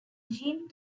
gene